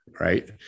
Right